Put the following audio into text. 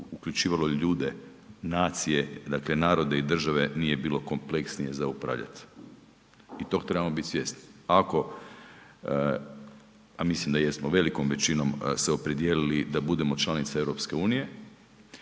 uključivalo i ljude, nacije, dakle narode i države nije bilo kompleksnije za upravljat. I tog trebamo biti svjesni, ako, a mislim da jesmo velikom većinom se opredijelili da budemo članice EU,